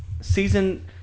season